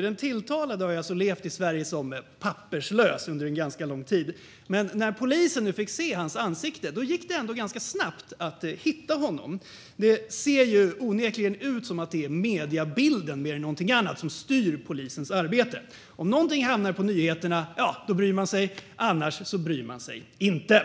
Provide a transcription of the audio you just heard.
Den tilltalade har alltså levt i Sverige som papperslös under en ganska lång tid, men när polisen nu fick se hans ansikte gick det ändå ganska snabbt att hitta honom. Det ser onekligen ut som att det är mediebilden mer än någonting annat som styr polisens arbete. Om någonting hamnar på nyheterna bryr man sig, men annars bryr man sig inte.